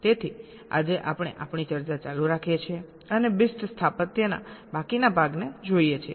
તેથી આજે આપણે આપણી ચર્ચા ચાલુ રાખીએ છીએ અને BIST સ્થાપત્યના બાકીના ભાગને જોઈએ છીએ